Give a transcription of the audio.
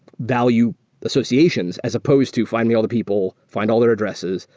value associations as supposed to find me all the people, find all their addresses,